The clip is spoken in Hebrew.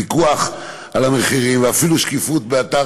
פיקוח על המחירים ואפילו שקיפות באתר,